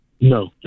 No